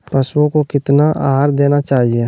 पशुओं को कितना आहार देना चाहि?